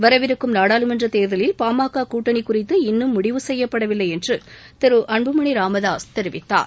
வரவிருக்கும் நாடாளுமன்றத் தேர்தலில் பாமக கூட்டணி குறித்து இன்னும் முடிவு செய்யப்படவில்லை என்று திரு அன்புமணி ராமதாஸ் தெரிவித்தார்